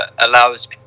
allows